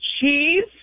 Cheese